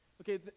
Okay